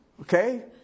Okay